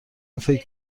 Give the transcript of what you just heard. فکر